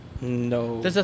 no